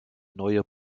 neue